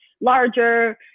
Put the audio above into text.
larger